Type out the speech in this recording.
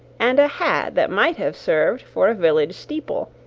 and a hat that might have served for a village steeple,